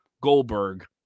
Goldberg